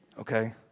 Okay